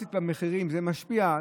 הדרמטית במחירים, זה משפיע.